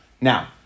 Now